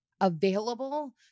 available